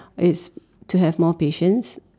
is to have more patience